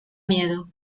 miedo